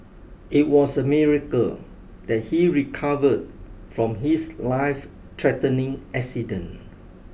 it was a miracle that he recovered from his life threatening accident